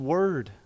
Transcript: Word